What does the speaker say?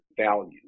value